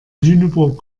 lüneburg